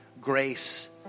grace